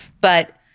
but-